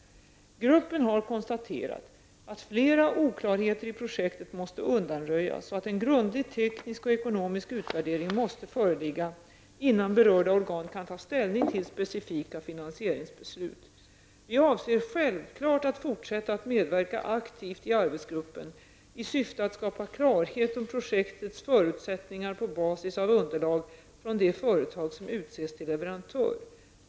Gruppen har konstaterat att flera oklarheter i projektet måste undanröjas och att en grundlig teknisk och ekonomisk utvärdering måste föreligga innan berörda organ kan ta ställning till specifika finansieringsbeslut. Vi avser självklart fortsätta att medverka aktivt i arbetsgruppen i syfte att skapa klarhet om projektets förutsättningar på basis av underlag från de företag som utses till leverantör.